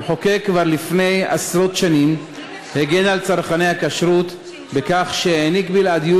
המחוקק כבר לפני עשרות שנים הגן על צרכני הכשרות בכך שהעניק בלעדיות